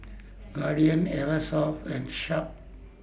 Guardian Eversoft and Sharp